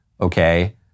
Okay